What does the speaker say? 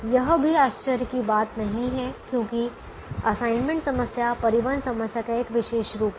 यह भी आश्चर्य की बात नहीं है क्योंकि असाइनमेंट समस्या परिवहन समस्या का एक विशेष रूप है